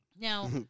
now